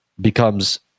becomes